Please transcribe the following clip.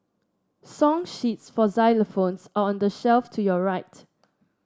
song sheets for xylophones are on the shelf to your right